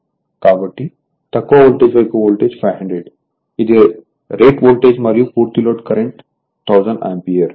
కాబట్టి తక్కువ వోల్టేజ్ వైపు వోల్టేజ్ 500 ఇది రేట్ వోల్టేజ్ మరియు పూర్తి లోడ్ కరెంట్ 1000 ఆంపియర్